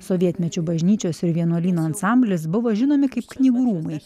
sovietmečiu bažnyčios ir vienuolyno ansamblis buvo žinomi kaip knygų rūmai